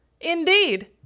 Indeed